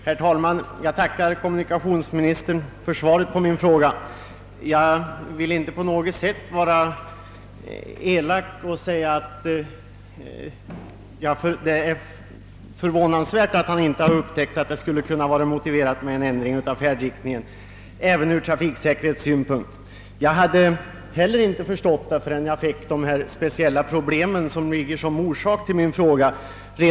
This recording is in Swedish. Herr talman! Jag tackar kommunikationsministern för svaret på min fråga. Jag vill inte på något sätt vara elak och säga att det är förvånansvärt att kommunikationsministern inte upptäckt att det skulle vara motiverat med en änd ring av färdriktningen även ur trafiksäkerhetssynpunkt. Jag hade inte heller förstått det förrän jag kom i kontakt med de speciella problem som ligger som grund till min fråga.